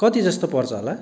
कति जस्तो पर्छ होला